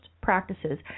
practices